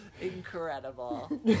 Incredible